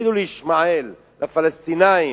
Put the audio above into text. תגידו "לישמעאל", "לפלסטינים".